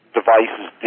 devices